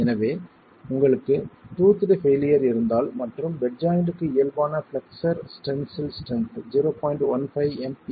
எனவே உங்களுக்கு toothed failure இருந்தால் மற்றும் பெட் ஜாய்ண்ட்க்கு இயல்பான பிளெக்ஸ்ஸர் டென்சில் ஸ்ட்ரென்த் 0